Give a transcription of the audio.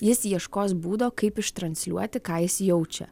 jis ieškos būdo kaip iš transliuoti ką jis jaučia